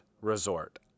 resort